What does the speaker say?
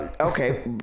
okay